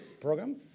program